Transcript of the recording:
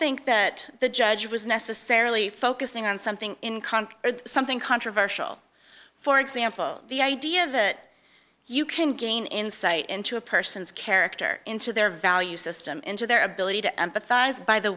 think that the judge was necessarily focusing on something in concord or something controversial for example the idea that you can gain insight into a person's character into their value system into their ability to empathize by the